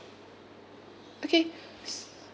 okay